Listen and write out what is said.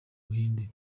buhinde